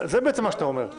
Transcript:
זה מה שאתה אומר.